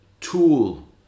tool